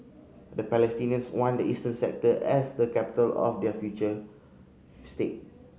the Palestinians want the eastern sector as the capital of their future state